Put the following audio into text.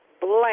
blank